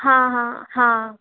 हाँ हाँ हाँ